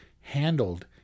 handled